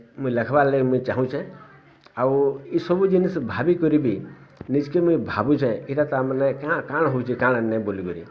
ମୁଇଁ ଲେଖିବାର୍ ଲାଗି ମୁଇଁ ଚାଁହୁଛେ ଆଉ ଇ ସବୁ ଜିନିଷ୍ ଭାବି କରି ବି ନିଜ୍ କେ ମୁଇଁ ଭାବୁଛେ ଇଟା ତା ମାନେ କାଣା କାଣା ହଉଛି କାଣା ନାହିଁ ବୋଲିକିରି